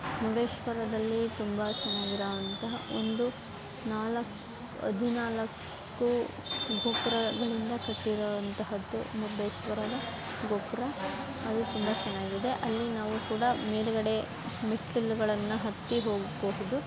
ಮುರುಡೇಶ್ವರದಲ್ಲಿ ತುಂಬ ಚೆನ್ನಾಗಿರೋಂತಹ ಒಂದು ನಾಲ್ಕು ಹದಿನಾಲ್ಕು ಗೋಪುರಗಳಿಂದ ಕಟ್ಟಿರುವಂತಹದ್ದು ಮುರುಡೇಶ್ವರದ ಗೋಪುರ ಅಲ್ಲಿ ತುಂಬ ಚೆನ್ನಾಗಿದೆ ಅಲ್ಲಿ ನಾವು ಕೂಡ ಮೇಲುಗಡೆ ಮೆಟ್ಟಿಲುಗಳನ್ನು ಹತ್ತಿ ಹೋಗಬಹುದು